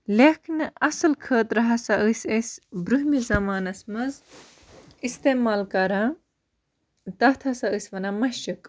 لیکھنہٕ اَصٕل خٲطرٕ ہَسا ٲسۍ أسۍ برٛۄمِس زَمانَس منٛز اِستعمال کَران تَتھ ہَسا ٲسۍ وَنان مَشِق